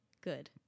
good